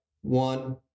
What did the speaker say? One